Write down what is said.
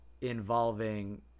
involving